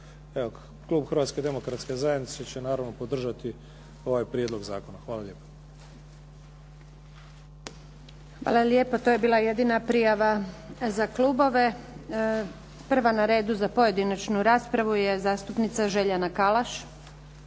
Klub Hrvatske demokratske zajednice će naravno podržati ovaj prijedlog zakona. Hvala lijepo. **Antunović, Željka (SDP)** Hvala lijepo. To je bila jedina prijava za klubove. Prva na redu za pojedinačnu raspravu je zastupnica Željana Kalaš.